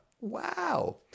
Wow